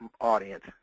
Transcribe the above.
audience